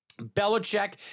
Belichick